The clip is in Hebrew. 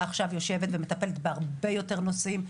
עכשיו יושבת ומטפלת בהרבה יותר נושאים.